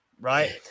right